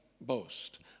boast